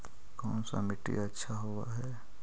कोन सा मिट्टी अच्छा होबहय?